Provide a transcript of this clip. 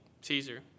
Caesar